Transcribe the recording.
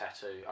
tattoo